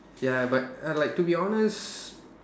ya but err like to be honest